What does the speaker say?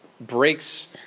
breaks